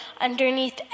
underneath